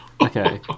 okay